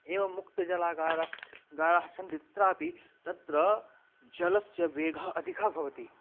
एवमुक्तजलागाराः गाराः सन्ति तत्रापि तत्र जलस्य वेगः अधिकः भवति